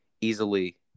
easily